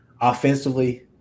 offensively